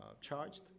charged